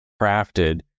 crafted